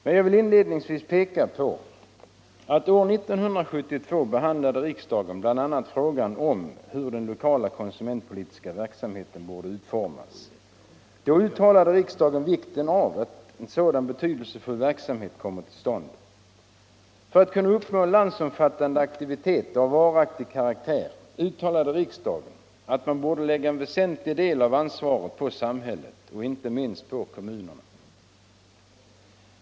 Men jag vill inledningsvis peka på att år 1972 behandlade riksdagen bl.a. frågan om hur den lokala konsumentpolitiska verksamheten borde utformas. Då underströk riksdagen betydelsen av att en sådan verksamhet kommer till stånd. Riksdagen uttalade att för att kunna uppnå en landsomfattande aktivitet av varaktig karaktär borde man lägga en väsentlig del av ansvaret på samhället och inte minst då kommunerna.